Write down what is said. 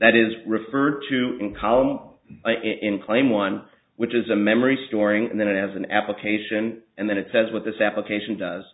that is referred to in column in claim one which is a memory storing and then it has an application and then it says what this application does